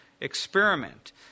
experiment